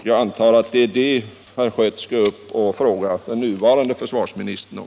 Jag antar att det är detta herr Schött skall fråga den nuvarande försvarsministern om.